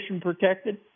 protected